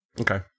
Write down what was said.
Okay